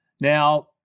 Now